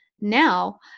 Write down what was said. Now